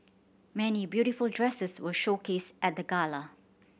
many beautiful dresses were showcased at the gala